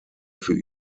für